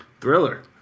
Thriller